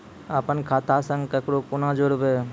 अपन खाता संग ककरो कूना जोडवै?